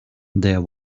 there